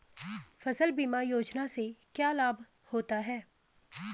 फसल बीमा योजना से क्या लाभ होता है?